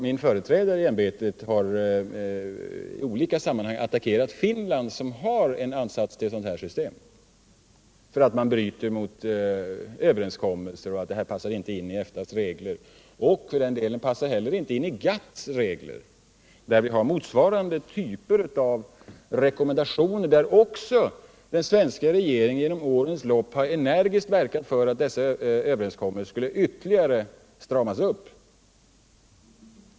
Min företrädare i ämbetet har i olika sammanhang angripit Finland, som har en ansats till sådant system, för att bryta mot överenskommelser och att detta inte passar in i EFTA:s regler och för den delen inte heller passar in i GATT:s regler, där vi har motsvarande typer av rekommendationer, som den svenska regeringen under årens lopp också energiskt har velat strama upp.